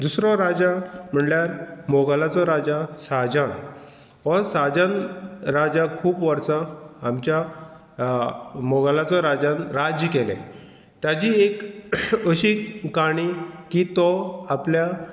दुसरो राजा म्हणल्यार मोगलाचो राजा शाहजान हो साहजान राजा खूब वर्सां आमच्या मोगलाचो राज्यान राज्य केलें ताजी एक अशी काणी की तो आपल्या